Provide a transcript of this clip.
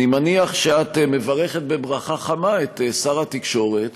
אני מניח שאת מברכת בברכה חמה את שר התקשורת